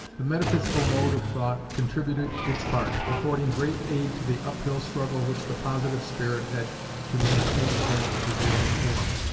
the metaphysical mode of thought contributed its part, affording great aid to the up-hill struggle which the positive spirit had to maintain against the prevailing form,